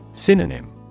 Synonym